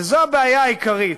וזו הבעיה העיקרית.